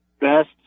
best